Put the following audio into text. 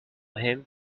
him